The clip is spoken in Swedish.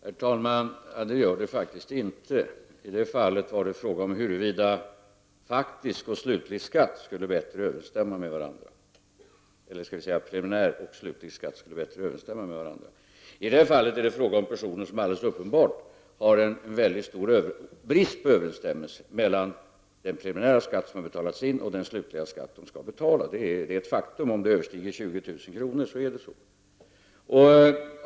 Herr talman! Det gör det faktiskt inte. I det förra fallet var det fråga om huruvida preliminär skatt och slutlig skatt skulle bättre överensstämma med varandra. I det nu aktuella fallet är det fråga om personer som alldeles uppenbart har en väldigt stor brist på överensstämmelse mellan den preliminärskatt som betalats in och den slutliga skatt de skall betala. Om skillnaden överstiger 20 000 kr. är det faktiskt en sådan brist på överensstämmelse.